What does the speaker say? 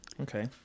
Okay